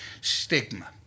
stigma